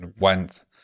went